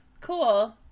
cool